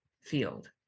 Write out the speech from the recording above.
field